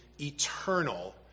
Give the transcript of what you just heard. eternal